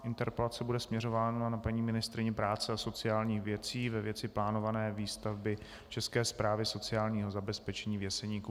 Interpelace bude směřována na paní ministryni práce a sociálních věcí ve věci plánované výstavby České správy sociálního zabezpečení v Jeseníku.